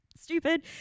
stupid